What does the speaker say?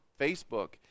Facebook